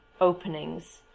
openings